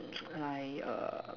mm I err